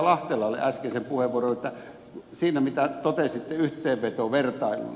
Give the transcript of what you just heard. lahtelalle äskeiseen puheenvuoroon siitä mitä totesitte yhteenvetovertailuna